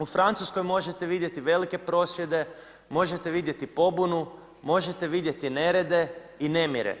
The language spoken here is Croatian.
U Francuskoj možete vidjeti velike prosvjede, možete vidjeti pobunu, možete vidjeti nerede i nemire.